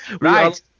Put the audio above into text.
right